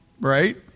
right